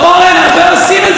הרבה עושים את זה,